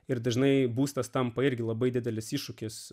ir dažnai būstas tampa irgi labai didelis iššūkis